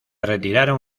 retiraron